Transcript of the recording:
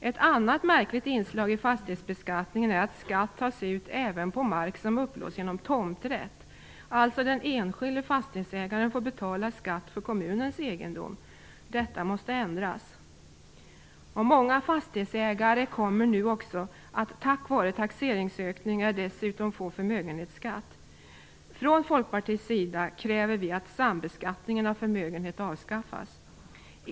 Ett annat märkligt inslag i fastighetsbeskattningen är att skatt tas ut även på mark som upplåts genom tomträtt, dvs. att den enskilde fastighetsägaren får betala skatt för kommunens egendom. Detta måste ändras. Många fastighetsägare kommer nu också på grund av taxeringsökningen att dessutom få förmögenhetsskatt. Från Folkpartiets sida kräver vi att sambeskattningen av förmögenhet avskaffas.